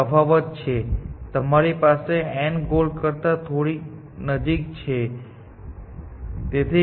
તફાવત એ છે કે તમારી પાસે n ગોલ કરતા થોડી નજીક છે તે છે